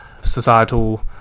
societal